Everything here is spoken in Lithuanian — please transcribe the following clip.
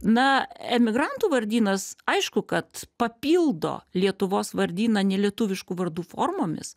na emigrantų vardynas aišku kad papildo lietuvos vardyną nelietuviškų vardų formomis